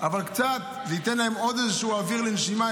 קצת ייתן להם עוד אוויר לנשימה,